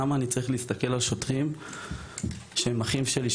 למה אני צריך להסתכל על שוטרים שהם אחים שלי,